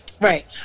Right